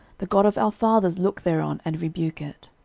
the god of our fathers look thereon, and rebuke it.